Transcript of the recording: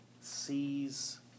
sees